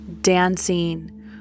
Dancing